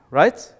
right